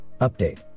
Update